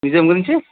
museum గురించి